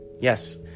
Yes